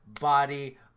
body